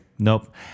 Nope